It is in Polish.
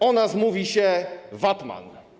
O nas mówi się VAT-man.